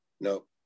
Nope